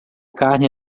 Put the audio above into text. carne